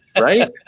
Right